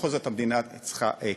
בכל זאת, המדינה צריכה כסף.